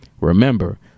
Remember